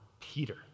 Peter